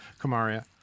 Kamaria